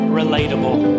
relatable